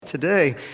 Today